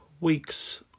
weeks